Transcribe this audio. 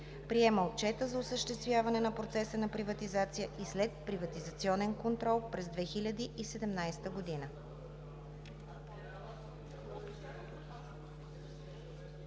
Приема Отчета за осъществяване на процеса на приватизация и следприватизационен контрол през 2017 г.“